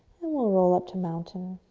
we'll roll up to mountain.